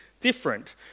different